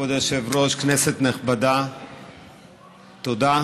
כבוד היושב-ראש, כנסת נכבדה, תודה.